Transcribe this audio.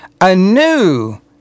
anew